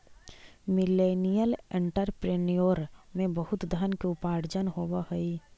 millennial entrepreneur में बहुत धन के उपार्जन होवऽ हई